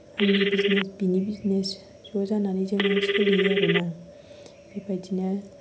आंनि बिजनेस बिनि बिजनेस ज' जानानै जोङो सोलियो आरोना बेबायदिनो